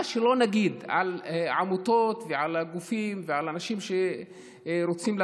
מה שלא נגיד על עמותות ועל הגופים ועל אנשים שרוצים לעזור,